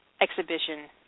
exhibition